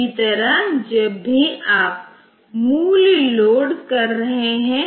इसी तरह जब भी आप मूल्य लोड कर रहे हैं